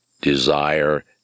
desire